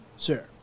Sir